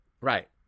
right